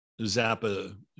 Zappa